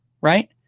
right